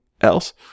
else